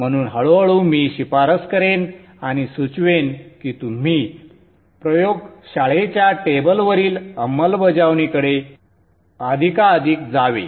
म्हणून हळूहळू मी शिफारस करेन आणि सुचवेन की तुम्ही प्रयोगशाळेच्या टेबलवरील अंमलबजावणी कडे अधिकाधिक जावे